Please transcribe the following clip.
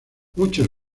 muchos